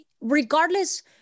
regardless